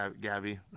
Gabby